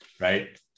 right